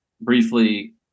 briefly